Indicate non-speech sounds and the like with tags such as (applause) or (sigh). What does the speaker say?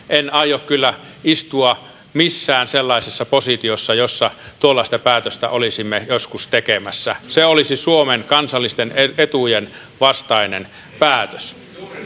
(unintelligible) en aio kyllä istua missään sellaisessa positiossa jossa tuollaista päätöstä olisimme joskus tekemässä se olisi suomen kansallisten etujen vastainen päätös